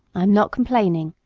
i am not complaining,